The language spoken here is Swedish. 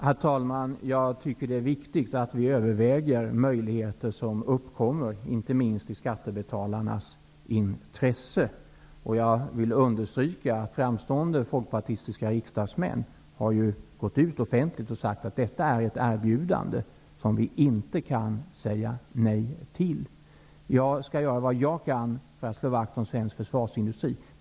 Herr talman! Jag tycker det är viktigt att vi överväger de möjligheter som uppkommer, inte minst i skattebetalarnas intresse. Jag vill understryka att framstående folkpartistiska riksdagsmän offentligt har gått ut och sagt att detta är ett erbjudande som vi inte kan säga nej till. Jag skall göra vad jag kan för att slå vakt om svensk försvarsindustri.